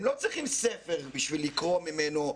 הם לא צריכים ספר בשביל לקרוא ממנו.